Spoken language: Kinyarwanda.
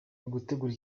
gutegura